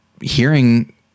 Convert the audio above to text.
hearing